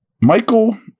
Michael